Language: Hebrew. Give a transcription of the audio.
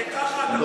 זה ככה, קיפי, קיפי.